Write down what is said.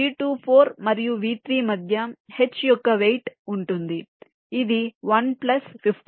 కాబట్టి V24 మరియు V3 మధ్య h యొక్క వెయిట్ ఉంటుంది ఇది 1 ప్లస్ 56